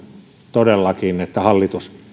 todellakin että hallitus